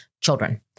children